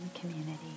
community